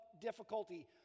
difficulty